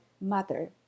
mother